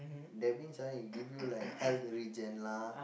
that means ah it give you like health regen lah